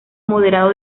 moderado